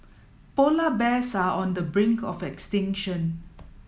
polar bears are on the brink of extinction